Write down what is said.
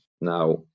now